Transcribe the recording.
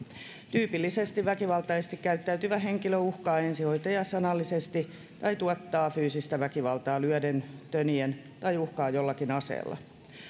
tyypillisesti väkivaltaisesti käyttäytyvä henkilö uhkaa ensihoitajaa sanallisesti tai tuottaa fyysistä väkivaltaa lyöden tönien tai uhkaa jollakin aseella